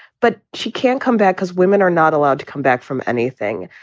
but she can't come back because women are not allowed to come back from anything.